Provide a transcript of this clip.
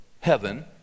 heaven